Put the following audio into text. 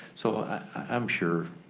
so i'm sure,